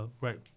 right